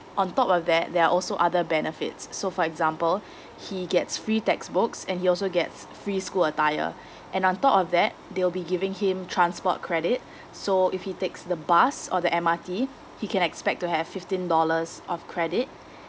on top of that there're also other benefits so for example he gets free textbooks and he also get f~ free school attire and on top of that they'll be giving him transport credit so if he takes the bus or the M_R_T he can expect to have fifteen dollars of credit